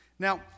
Now